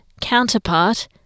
counterpart